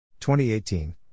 2018